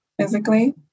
Physically